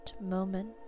moment